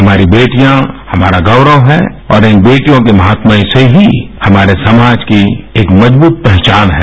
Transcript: हमारी बेटियाँ हमारा गौरव है और इन बेटियों के महात्म से ही हमारे समाज की एक मजबूत पहचान है